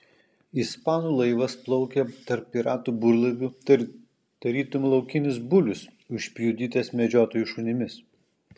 ispanų laivas plaukė tarp piratų burlaivių tarytum laukinis bulius užpjudytas medžiotojų šunimis